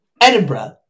Edinburgh